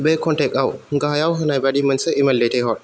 बे कन्टेकआव गाहायाव होनाय बादि मोनसे इमेल दैथायहर